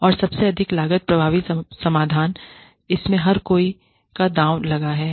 और सबसे अधिक लागत प्रभावी समाधान इसमें हर कोई का दांव लगा है